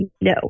No